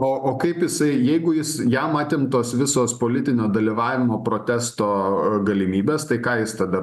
o o kaip jisai jeigu jis jam atimtos visos politinio dalyvavimo protesto galimybės tai ką jis tada